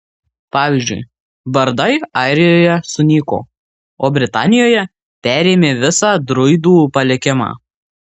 pavyzdžiui bardai airijoje sunyko o britanijoje perėmė visą druidų palikimą